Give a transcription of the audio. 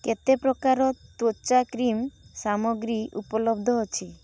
କେତେ ପ୍ରକାର ତ୍ଵଚା କ୍ରିମ୍ ସାମଗ୍ରୀ ଉପଲବ୍ଧ ଅଛି